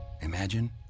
imagine